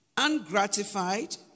ungratified